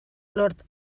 lord